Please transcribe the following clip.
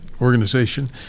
organization